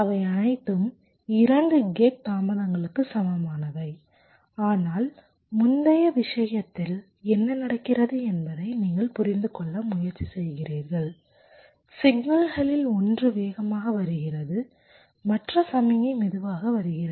அவை அனைத்தும் 2 கேட் தாமதங்களுக்கு சமமானவை ஆனால் முந்தைய விஷயத்தில் என்ன நடக்கிறது என்பதை நீங்கள் புரிந்து கொள்ள முயற்சி செய்கிறீர்கள் சிக்னல்களில் ஒன்று வேகமாக வருகிறது மற்ற சமிக்ஞை மெதுவாக வருகிறது